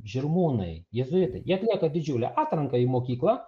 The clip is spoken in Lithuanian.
žirmūnai jėzuitai jie atlieka didžiulę atranką į mokyklą